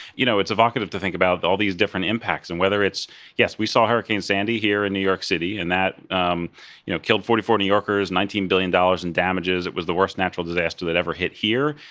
you know it's evocative to think about all these different impacts, and whether it's yes, we saw hurricane sandy here in new york city, and that um you know killed forty four new yorkers, nineteen billion dollars in damages. it was the worst natural disaster that ever hit here.